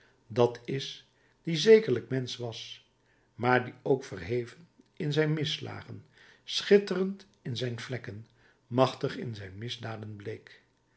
dat is die zekerlijk mensch was maar die ook verheven in zijn misslagen schitterend in zijn vlekken machtig in zijn misdaden bleek